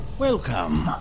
Welcome